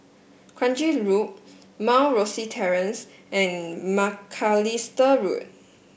Kranji Loop Mount Rosie Terrace and Macalister Road